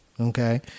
Okay